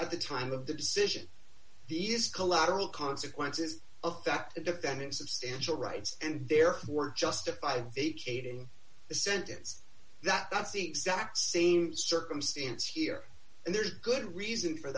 at the time of the decision these collateral consequences of that defendant substantial rights and therefore justified vacating the sentence that that's the exact same circumstance here and there's good reason for